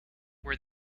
were